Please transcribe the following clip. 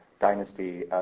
dynasty